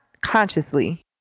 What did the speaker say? consciously